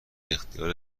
اختیار